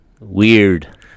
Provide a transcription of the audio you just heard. Weird